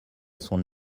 son